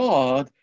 God